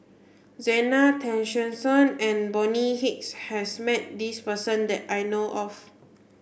Zena Tessensohn and Bonny Hicks has met this person that I know of